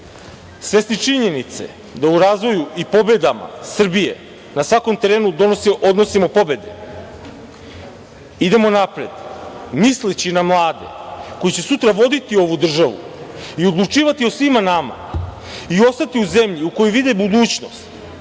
svesni činjenice da u razvoju i pobedama Srbije na svakom terenu odnosimo pobede, idemo napred misleći na mlade koji će sutra voditi ovu državu i odlučivati o svima nama i ostati u zemlji u kojoj vide budućnost,